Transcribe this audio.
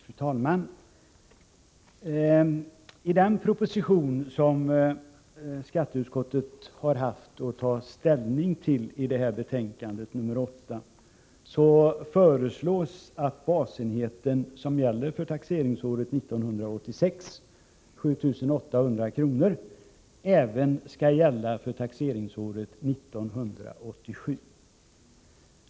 Fru talman! I den proposition som skatteutskottet har haft att ta ställning till och som behandlas i betänkande nr 8 föreslås att den basenhet som gäller för taxeringsåret 1986, 7 800 kr., även skall gälla för taxeringsåret 1987.